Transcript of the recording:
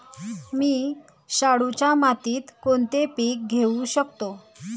मी शाडूच्या मातीत कोणते पीक घेवू शकतो?